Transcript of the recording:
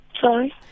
Sorry